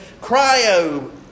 cryo